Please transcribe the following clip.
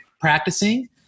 practicing